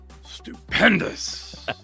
Stupendous